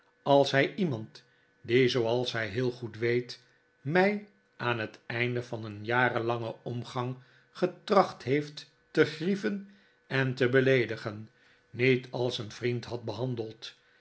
als hij iemand die zooals hij heel goed weet mij aan het einde yan een jarenlangen omgang getracht heeft te grieven en te beleedigen niet als een vriend had behandeld